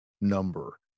number